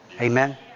Amen